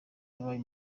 yabaye